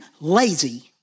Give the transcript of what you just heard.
lazy